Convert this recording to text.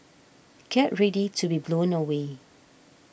get ready to be blown away